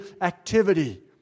activity